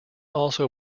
also